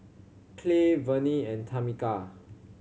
Clay Verne and Tamika